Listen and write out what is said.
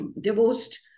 divorced